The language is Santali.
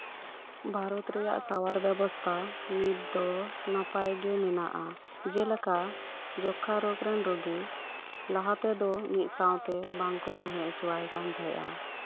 ᱵᱷᱟᱨᱚᱛ ᱨᱮᱭᱟᱜ ᱥᱟᱶᱟᱨ ᱵᱮᱵᱚᱥᱛᱷᱟ ᱱᱤᱛ ᱫᱚ ᱱᱟᱯᱟᱭ ᱜᱮ ᱢᱮᱱᱟᱜᱼᱟ ᱡᱮᱞᱮᱠᱟ ᱡᱚᱠᱠᱷᱟ ᱨᱳᱜᱨᱮᱱ ᱨᱩᱜᱤ ᱞᱟᱦᱟ ᱛᱮᱫᱚ ᱢᱤᱫᱽᱥᱟᱶᱛᱮ ᱵᱟᱝᱠᱚ ᱛᱟᱦᱮᱸ ᱦᱚᱪᱚᱣᱟᱭ ᱠᱟᱱᱛᱟᱦᱮᱸᱫ ᱟ